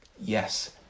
yes